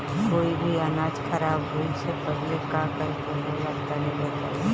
कोई भी अनाज खराब होए से पहले का करेके होला तनी बताई?